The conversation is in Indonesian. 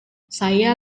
saya